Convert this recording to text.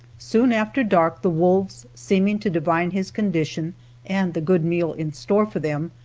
soon after dark the wolves seeming to divine his condition and the good meal in store for them,